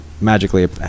magically